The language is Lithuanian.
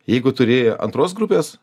jeigu turi antros grupės